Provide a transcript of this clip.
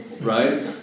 right